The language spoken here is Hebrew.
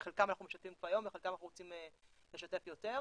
עם חלקן אנחנו משתפים פעולה כבר היום ועם חלקן רוצים לשתף יותר.